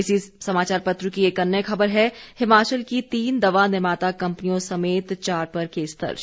इसी समाचार पत्र की एक अन्य खबर है हिमाचल की तीन दवा निर्माता कंपनियों समेत चार पर केस दर्ज